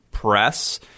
press